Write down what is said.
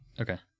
Okay